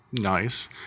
nice